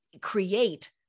create